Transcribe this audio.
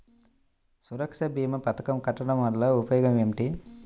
సురక్ష భీమా పథకం కట్టడం వలన ఉపయోగం ఏమిటి?